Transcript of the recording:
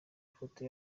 ifoto